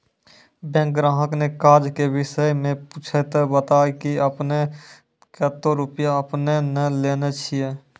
Bank ग्राहक ने काज के विषय मे पुछे ते बता की आपने ने कतो रुपिया आपने ने लेने छिए?